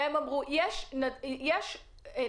והם אמרו שלכל בעל כספומט יש איזשהו